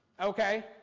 okay